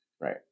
Right